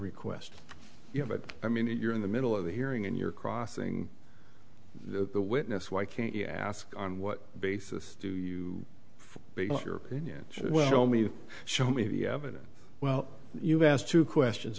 request you know but i mean if you're in the middle of a hearing and you're crossing the witness why can't you ask on what basis do you base your opinions well me show me the evidence well you've asked two questions